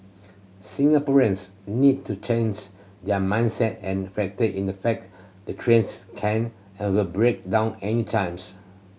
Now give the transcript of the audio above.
Singaporeans need to change their mindset and factor in the fact the trains can and will break down anytimes